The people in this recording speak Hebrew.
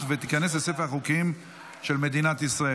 ותיכנס לספר החוקים של מדינת ישראל.